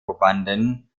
probanden